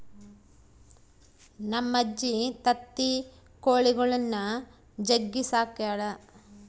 ನಮ್ಮಜ್ಜಿ ತತ್ತಿ ಕೊಳಿಗುಳ್ನ ಜಗ್ಗಿ ಸಾಕ್ಯಳ